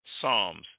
Psalms